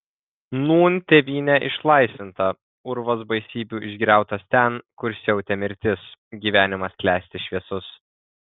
nūn tėvynė išlaisvinta urvas baisybių išgriautas ten kur siautė mirtis gyvenimas klesti šviesus